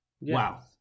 Wow